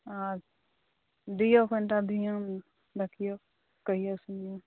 दियौ कनिटा ध्यान देखियौ कहियौ सुनियौ